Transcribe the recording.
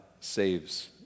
saves